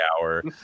hour